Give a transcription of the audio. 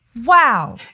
Wow